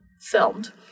filmed